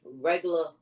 regular